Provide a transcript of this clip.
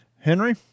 henry